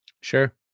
Sure